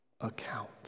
account